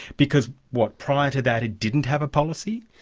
because what? prior to that it didn't have a policy?